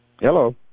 Hello